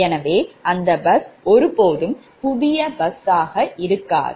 எனவே அந்த பஸ் ஒருபோதும் புதிய பஸ் ஆக இருக்காது